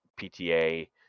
PTA